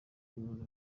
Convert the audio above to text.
ubuyobozi